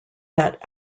that